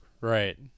Right